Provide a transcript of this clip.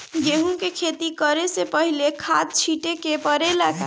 गेहू के खेती करे से पहिले खाद छिटे के परेला का?